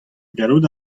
gallout